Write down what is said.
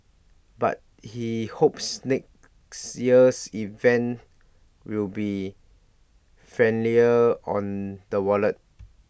but he hopes next year's event will be friendlier on the wallet